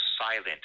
silent